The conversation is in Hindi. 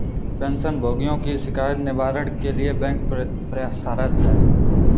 पेंशन भोगियों की शिकायत निवारण के लिए बैंक प्रयासरत है